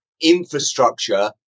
infrastructure